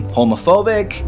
homophobic